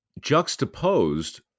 juxtaposed